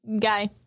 guy